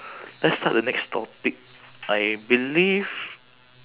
let's start the next topic I believe